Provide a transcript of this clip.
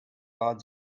odds